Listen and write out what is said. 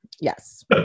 Yes